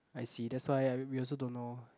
I see that's why we we also don't know